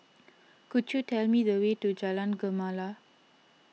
could you tell me the way to Jalan Gemala